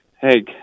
hey